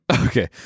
Okay